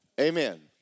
Amen